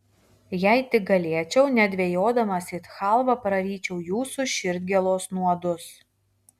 jei tik galėčiau nedvejodamas it chalvą praryčiau jūsų širdgėlos nuodus